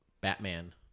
Batman